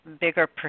bigger